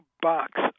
box